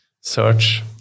search